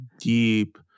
deep